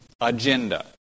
agenda